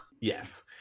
Yes